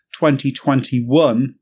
2021